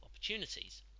opportunities